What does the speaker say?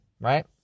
right